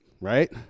Right